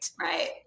right